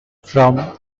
from